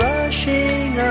Rushing